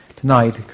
tonight